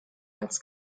als